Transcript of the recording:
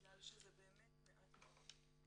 בגלל שזה באמת מעט מאוד.